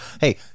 hey